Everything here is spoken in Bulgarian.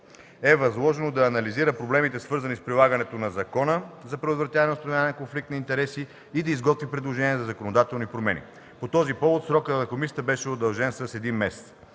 е възложено да анализира проблемите, свързани с прилагането на Закона за предотвратяване и установяване на конфликт на интереси и да изготви предложения за законодателни промени. По този повод срокът на работа на комисията беше удължен с един месец.